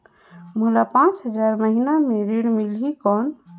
मोला पांच हजार महीना पे ऋण मिलही कौन?